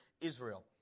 Israel